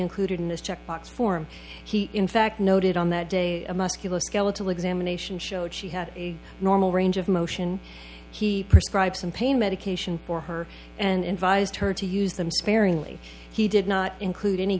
included in this checkbox form he in fact noted on that day a musculoskeletal examination showed she had a normal range of motion he prescribed some pain medication for her and invited her to use them sparingly he did not include any